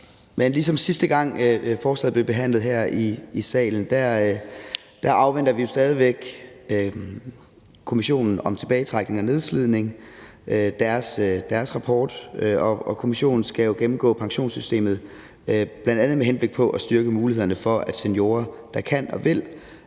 ligesom sidste gang forslaget blev behandlet her i salen, afventer vi jo stadig væk en rapport fra Kommissionen om tilbagetrækning og nedslidning. Kommissionen skal gennemgå pensionssystemet, bl.a. med henblik på at styrke mulighederne for, at seniorer, der kan og vil,